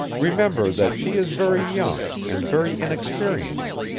remember that she is very young and very inexperienced.